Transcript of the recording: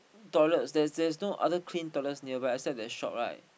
toilets there's there's no other clean toilets nearby except the shop right